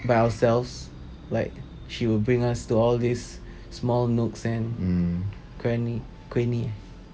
by ourselves like she will bring us to all these small nooks and cranny cranny eh